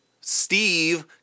Steve